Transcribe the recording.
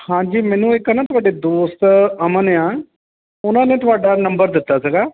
ਹਾਂਜੀ ਮੈਨੂੰ ਇੱਕ ਨਾ ਤੁਹਾਡੇ ਦੋਸਤ ਅਮਨ ਏ ਆ ਉਹਨਾਂ ਨੇ ਤੁਹਾਡਾ ਨੰਬਰ ਦਿੱਤਾ ਸੀਗਾ